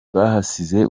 bahasize